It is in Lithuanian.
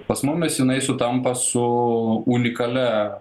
pas mumis jinai sutampa su unikalia